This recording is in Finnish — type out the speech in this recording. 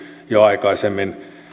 jo aikaisemmin